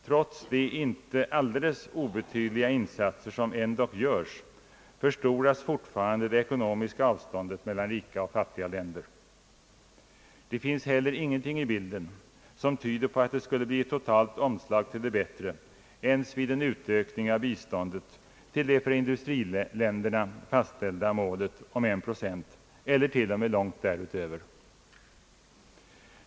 Trots de inte alldeles obetydliga insatser som ändock görs, förstoras fortfarande det ekonomiska avståndet mellan rika och fattiga länder. Det finns inte heller någonting i bilden som tyder på att det skulle bli ett totalt omslag till det bättre ens vid en utökning av biståndet till det för industriländerna nu fastställda målet om 1 procent, eller t.o.m. långt därutöver.